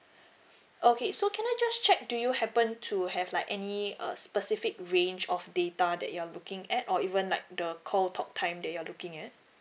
okay so can I just check do you happen to have like any uh specific range of data that you're looking at or even like the call talk time that you are looking at